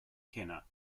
kenner